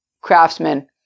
craftsman